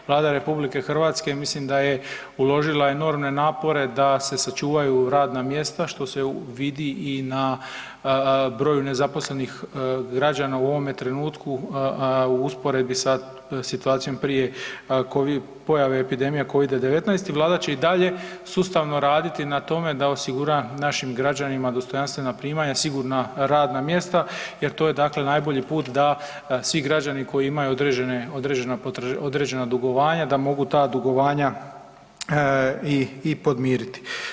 Vlada RH mislim da je uložila enormne napore da se sačuvaju radna mjesta što se vidi i na broju nezaposlenih građana u ovome trenutku u usporedbi sa situacijom prije pojave epidemije Covida-19 i Vlada će i dalje sustavno raditi na tome da osigura našim građanima dostojanstvena primanja, sigurna radna mjesta jer to je dakle najbolji put da svi građani koji imaju određene, određena dugovanja da mogu ta dugovanja i podmiriti.